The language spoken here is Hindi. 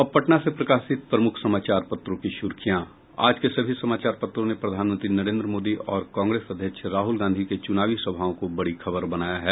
अब पटना से प्रकाशित प्रमुख समाचार पत्रों की सुर्खियां आज के सभी समाचार पत्रों ने प्रधानमंत्री नरेंद्र मोदी और कांग्रेस अध्यक्ष राहुल गांधी के चुनावी सभाओं को बड़ी खबर बनाया है